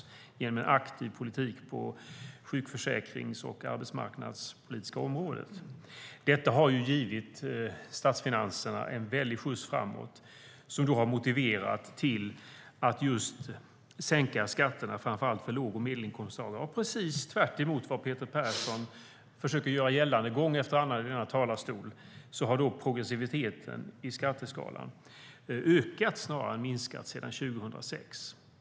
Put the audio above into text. Detta har skett genom en aktiv politik på sjukförsäkringsområdet och på det arbetsmarknadspolitiska området. Det har givit statsfinanserna en mycket stor skjuts framåt, vilket har motiverat till en sänkning av skatterna till framför allt låg och medelinkomsttagare. Detta är precis tvärtemot vad Peter Persson försöker göra gällande gång efter annan i denna talarstol. Progressiviteten i skatteskalan har snarare ökat än minskat sedan 2006.